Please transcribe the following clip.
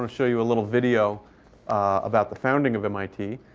um show you a little video about the founding of mit